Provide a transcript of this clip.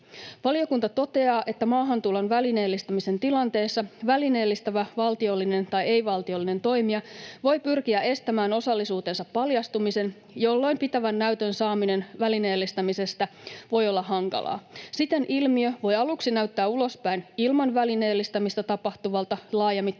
Valiokunta toteaa, että maahantulon välineellistämisen tilanteessa välineellistävä valtiollinen tai ei-valtiollinen toimija voi pyrkiä estämään osallisuutensa paljastumisen, jolloin pitävän näytön saaminen välineellistämisestä voi olla hankalaa. Siten ilmiö voi aluksi näyttää ulospäin ilman välineellistämistä tapahtuvalta laajamittaiselta